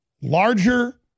larger